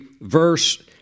verse